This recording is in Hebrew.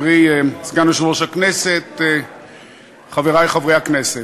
חברי סגן יושב-ראש הכנסת, חברי חברי הכנסת,